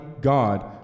God